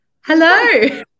hello